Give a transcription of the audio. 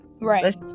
Right